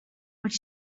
would